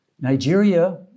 Nigeria